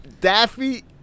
Daffy